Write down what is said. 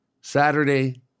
Saturday